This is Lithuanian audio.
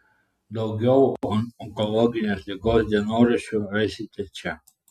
daugiau onkologinės ligos dienoraščių rasite čia